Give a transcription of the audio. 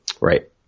Right